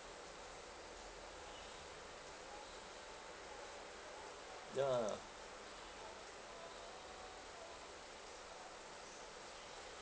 ya